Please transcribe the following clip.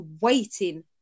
waiting